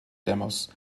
demos